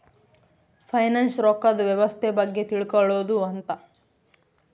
finance ರೊಕ್ಕದ್ ವ್ಯವಸ್ತೆ ಬಗ್ಗೆ ತಿಳ್ಕೊಳೋದು ಅಂತ